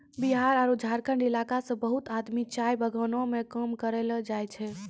बिहार आरो झारखंड इलाका सॅ बहुत आदमी चाय बगानों मॅ काम करै ल जाय छै